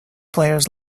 players